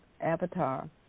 avatar